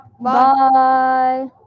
bye